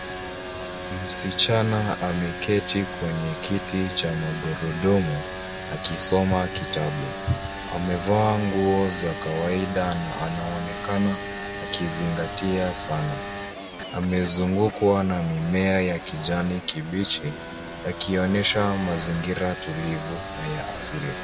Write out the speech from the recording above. Msichana ameketi kwenye kiti cha magurudumu akisoma kitabu. Amevaa nguo za kawaida na anaonekana akizingatia sana. Amezungukwa na mimea ya kijani kibichi yakionyesha mazingira tulivu na ya asili.